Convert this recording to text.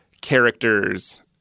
characters